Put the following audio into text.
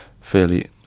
fairly